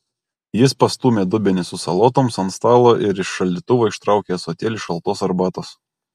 jis pastūmė dubenį su salotoms ant stalo ir iš šaldytuvo ištraukė ąsotėlį šaltos arbatos